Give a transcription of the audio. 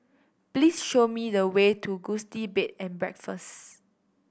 please show me the way to Gusti Bed and Breakfast